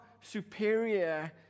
superior